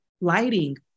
Lighting